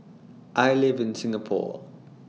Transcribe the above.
I live in Singapore